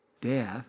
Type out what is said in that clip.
death